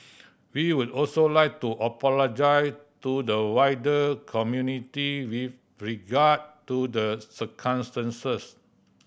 we would also like to apologise to the wider community with regard to the circumstances